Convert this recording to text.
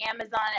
amazon